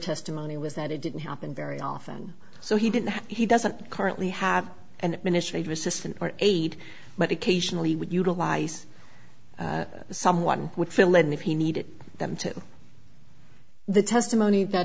testimony was that it didn't happen very often so he didn't he doesn't currently have and initially it was just an aide but occasionally would utilize someone would fill it in if he needed them to the testimony that